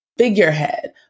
figurehead